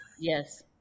Yes